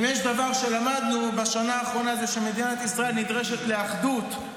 אם יש דבר שלמדנו בשנה האחרונה הוא שמדינת ישראל נדרשת לאחדות,